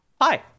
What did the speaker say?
hi